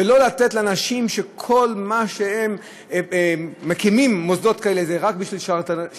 ולא לתת לאנשים שכל מה שהם מקימים הם מוסדות כאלה שהם רק שרלטנות,